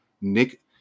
Nick